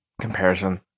comparison